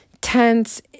tents